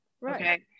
Right